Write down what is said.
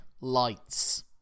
Lights